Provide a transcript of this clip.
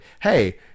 Hey